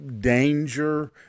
danger